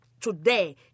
today